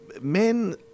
men